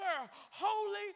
holy